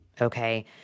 Okay